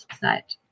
site